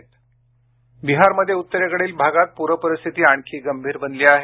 बिहार पूर् बिहारमध्ये उत्तरेकडील भागात पूर परिस्थिती आणखी गंभीर बनली आहे